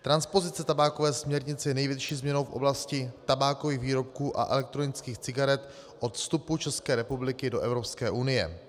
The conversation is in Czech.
Transpozice tabákové směrnice je největší změnou v oblasti tabákových výrobků a elektronických cigaret od vstupu České republiky do Evropské unie.